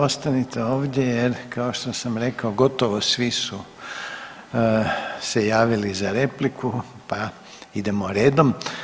Ostanite ovdje jer kao što sam rekao, gotovo svi su se javili za repliku pa idemo redom.